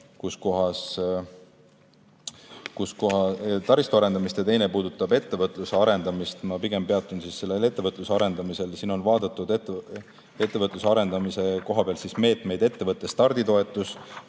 üks tabel puudutab taristu arendamist ja teine puudutab ettevõtluse arendamist. Ma pigem peatun sellel ettevõtluse arendamisel. Siin on vaadatud ettevõtluse arendamise koha pealt järgmisi meetmeid: ettevõtte starditoetus,